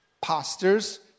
pastors